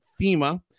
FEMA